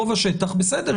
רוב השטח בסדר,